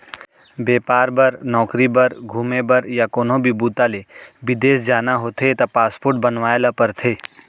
बेपार बर, नउकरी बर, घूमे बर य कोनो भी बूता ले बिदेस जाना होथे त पासपोर्ट बनवाए ल परथे